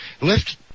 Left